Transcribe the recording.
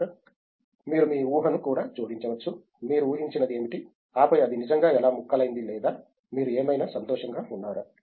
శంకరన్ మీరు మీ ఊహను కూడా జోడించవచ్చు మీరు ఊహించినది ఏమిటి ఆపై అది నిజంగా ఎలా ముక్కలైంది లేదా మీరు ఏమైనా సంతోషంగా ఉన్నారా